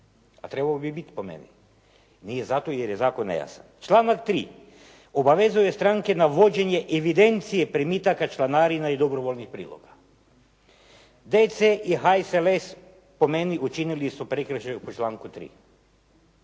a trebao bi biti po meni. Nije zato jer je zakon nejasan. Članak 3. obavezuje stranke na vođenje evidencije primitaka članarina i dobrovoljnih priloga. DC i HSLS po meni učinili su prekršaj u članku 3.